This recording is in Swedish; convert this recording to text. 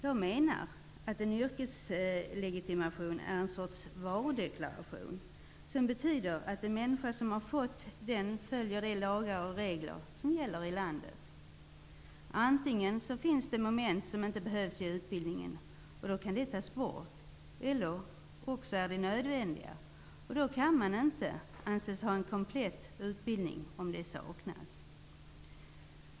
Jag menar att en yrkeslegitimation är en sorts varudeklaration som betyder att den människa som har fått den följer de lagar och regler som gäller i landet. Antingen finns det moment som inte behövs i utbildningen, och då kan de tas bort, eller också är de nödvändiga. Då kan man inte anses ha en komplett utbildning om de saknas.